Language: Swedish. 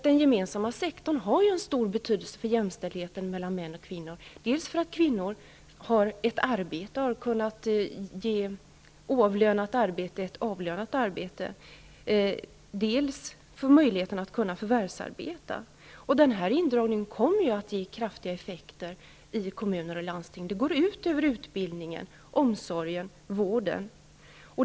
Den gemensamma sektorn har en stor betydelse för jämställdheten mellan män och kvinnor, dels genom att tidigare oavlönat arbete har blivit avlönat arbete, dels genom att den ger kvinnor möjlighet att förvärvsarbeta. Den indragning som nu sker kommer att ge kraftiga effekter i kommuner och landsting. Den går ut över utbildningen, omsorgen och vården.